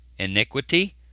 Iniquity